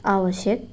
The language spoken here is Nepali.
आवश्यक